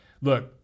look